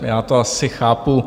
Já to asi chápu.